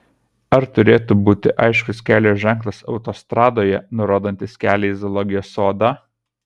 ar turėtų būti aiškus kelio ženklas autostradoje nurodantis kelią į zoologijos sodą